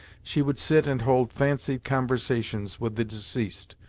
she would sit and hold fancied conversations with the deceased,